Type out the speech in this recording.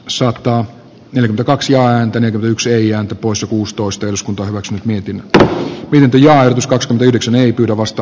suharton yli kaksi ääntä nyt yksi eijan tupossa puustoisten uskontojen vuoksi mietin että kylpylää tuskat yhdeksän eli kyllä vasta